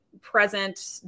present